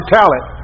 talent